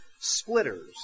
splitters